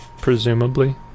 Presumably